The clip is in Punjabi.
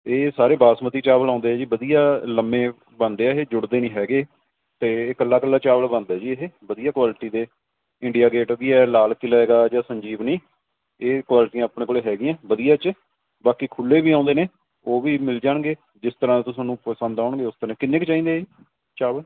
ਇਹ ਸਾਰੇ ਬਾਸਮਤੀ ਚਾਵਲ ਆਉਂਦੇ ਆ ਜੀ ਵਧੀਆ ਲੰਮੇ ਬਣਦੇ ਆ ਆ ਇਹ ਜੁੜਦੇ ਨਹੀਂ ਹੈਗੇ ਤੇ ਇਕੱਲਾ ਇਕੱਲਾ ਚਾਵਲ ਬਣਦਾ ਜੀ ਇਹ ਵਧੀਆ ਕੁਆਲਿਟੀ ਦੇ ਇੰਡੀਆ ਗੇਟ ਵੀ ਆ ਲਾਲ ਕਿਲਾ ਜਾ ਸੰਜੀਵਨੀ ਇਹ ਕੁਆਲਿਟੀਆਂ ਆਪਣੇ ਕੋਲੇ ਹੈਗੀਆਂ ਵਧੀਆ ਚ ਬਾਕੀ ਖੁੱਲੇ ਵੀ ਆਉਂਦੇ ਨੇ ਉਹ ਵੀ ਮਿਲ ਜਾਣਗੇ ਜਿਸ ਤਰ੍ਹਾਂ ਤੁਹਾਨੂੰ ਪਸੰਦ ਆਉਣਗੇ ਉਸ ਤਰੀਕੇ ਨਾਲ ਕਿੰਨੇ ਕ ਚਾਹੀਦੇ ਚਾਵਲ